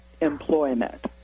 employment